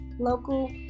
local